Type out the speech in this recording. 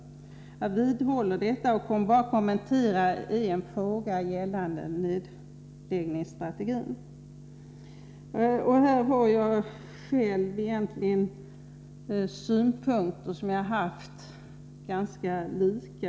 Jag vidhåller detta och kommer bara att kommentera en fråga gällande nedläggningsstrategin. Jag har här haft ungefär samma synpunkter under de senaste 20 åren.